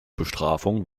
bestrafung